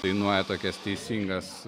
dainuoja tokias teisingas